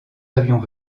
avions